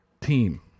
team